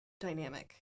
dynamic